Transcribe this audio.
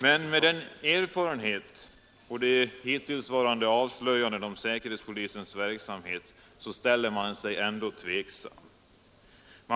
Men med den erfarenhet som vi har av de hittillsvarande avslöjandena om säkerhetspolisens verksamhet ställer vi oss ändå tveksamma.